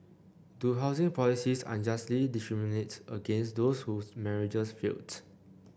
do housing policies unjustly discriminate against those whose marriages failed